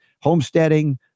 homesteading